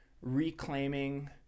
reclaiming